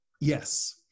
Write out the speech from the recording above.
yes